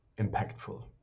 impactful